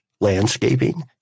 landscaping